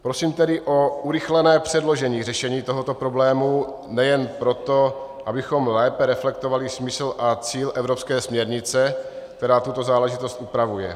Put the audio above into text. Prosím tedy o urychlené předložené řešení tohoto problému nejen proto, abychom lépe reflektovali smysl a cíl evropské směrnice, která tuto záležitost upravuje.